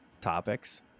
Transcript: topics